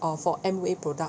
for Amway product